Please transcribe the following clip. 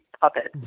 puppet